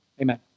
Amen